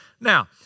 Now